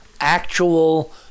actual